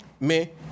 mais